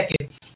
second